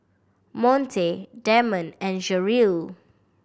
Monte Demond and Jeryl